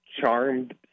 charmed